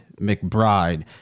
McBride